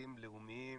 מאמצים לאומיים